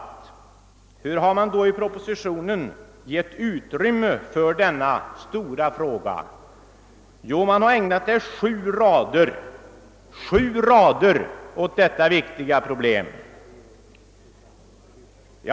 Vilket utrymme har man då i propositionen givit denna stora fråga? Jo, man har ägnat den sju rader.